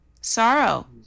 Sorrow